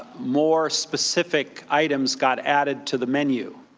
more specific items got added to the menu,